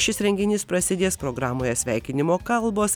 šis renginys prasidės programoje sveikinimo kalbos